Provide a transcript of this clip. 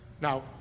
Now